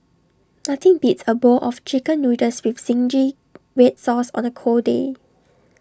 nothing beats A bowl of Chicken Noodles with Zingy Red Sauce on A cold day